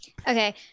Okay